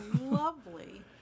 lovely